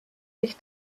sich